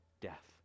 death